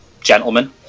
gentlemen